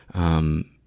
um.